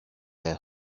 their